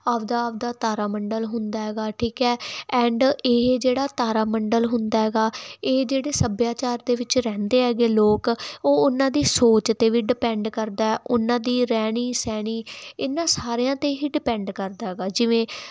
ਆਪਦਾ ਆਪਦਾ ਤਾਰਾ ਮੰਡਲ ਹੁੰਦਾ ਹੈਗਾ ਠੀਕ ਹੈ ਐਂਡ ਇਹ ਜਿਹੜਾ ਤਾਰਾ ਮੰਡਲ ਹੁੰਦਾ ਹੈਗਾ ਇਹ ਜਿਹੜੇ ਸੱਭਿਆਚਾਰ ਦੇ ਵਿੱਚ ਰਹਿੰਦੇ ਹੈਗੇ ਲੋਕ ਉਹ ਉਹਨਾਂ ਦੀ ਸੋਚ ਤੇ ਵੀ ਡਿਪੈਂਡ ਕਰਦਾ ਉਹਨਾਂ ਦੀ ਰਹਿਣੀ ਸਹਿਣੀ ਇਹਨਾਂ ਸਾਰਿਆਂ ਤੇ ਹੀ ਡਿਪੈਂਡ ਕਰਦਾ ਹੈਗਾ ਜਿਵੇਂ